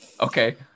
okay